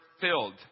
filled